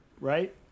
right